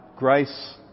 Grace